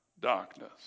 darkness